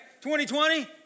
2020